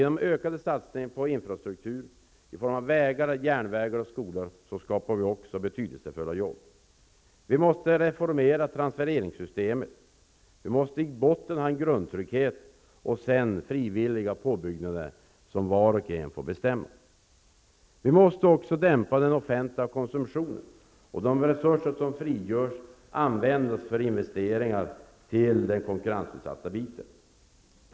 Genom ökade satsningar på infrastruktur, vägar, järnvägar och skolor skapas också betydelsefulla jobb. Vi måste reformera transfereringssystemet. I botten måste finnas en grundtrygghet som följs av frivilliga påbyggnader, vilka var och en får bestämma. Vi måste också dämpa den offentliga konsumtionen. De resurser som därmed frigörs måste användas till investeringar inom konkurrensutsatta områden.